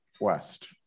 West